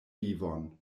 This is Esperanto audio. vivon